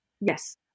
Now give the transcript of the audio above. Yes